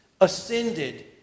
Ascended